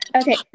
Okay